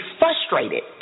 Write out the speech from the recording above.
frustrated